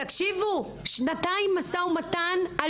תקשיבו, שנתיים משא-ומתן על